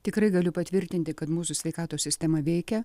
tikrai galiu patvirtinti kad mūsų sveikatos sistema veikia